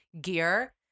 gear